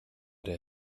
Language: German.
der